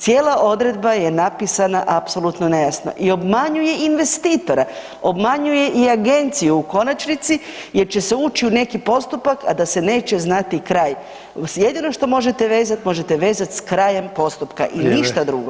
Cijela odredba je napisana apsolutno nejasno i obmanjuje investitora, obmanjuje i Agenciju u konačnici jer će se ući u neki postupak, a da se neće znati kraj, jedino što možete vezati, možete vezati s krajem postupka i ništa drugo.